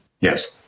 yes